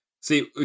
See